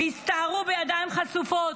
והסתערו בידיים חשופות,